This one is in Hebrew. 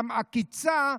גם עקיצה,